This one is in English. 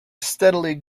steadily